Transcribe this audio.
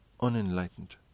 unenlightened